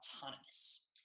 autonomous